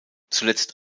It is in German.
zuletzt